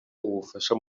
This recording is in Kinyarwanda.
ubufasha